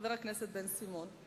חבר הכנסת בן-סימון.